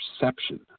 perception